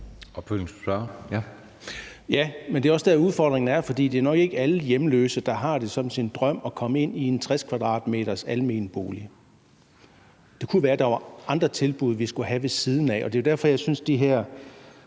Ja, men det er også der, udfordringen er, for det er nok ikke alle hjemløse, der har det som en drøm at komme ind i en 60 m² almen bolig. Det kunne være, der var andre tilbud, vi skulle have ved siden af, og det er jo derfor, jeg synes, de her